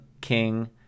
King